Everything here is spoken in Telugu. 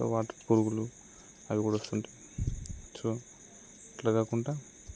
వాటర్ పురుగులు అవి కూడా వస్తుంటాయి సో అట్లా కాకుండా